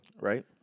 right